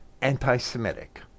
anti-Semitic